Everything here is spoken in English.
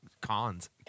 cons